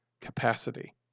capacity